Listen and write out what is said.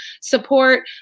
support